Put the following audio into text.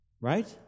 Right